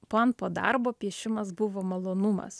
pon po darbo piešimas buvo malonumas